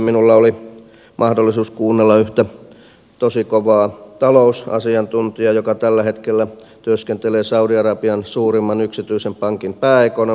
minulla oli mahdollisuus kuunnella yhtä tosi kovaa talousasiantuntijaa joka tällä hetkellä työskentelee saudi arabian suurimman yksityisen pankin pääekonomistina